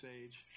age